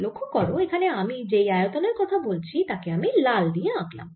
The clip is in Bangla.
লক্ষ্য করো এখানে আমি যেই আয়তনের কথা বলছি তাকে আমি লাল দিয়ে আঁকলাম